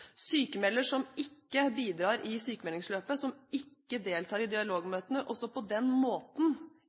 som ikke bidrar i sykmeldingsløpet, som ikke deltar i dialogmøtene, og som på den måten